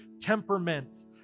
temperament